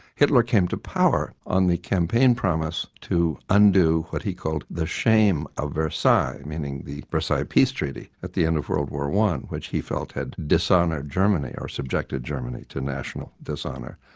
hitler came to power on the campaign promise to undo what he called the shame of versailles, meaning the versailles peace treaty at the end of world war one, which he felt had dishonoured germany, or subjected germany to national dishonour.